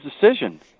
decision